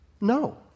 no